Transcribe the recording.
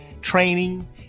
training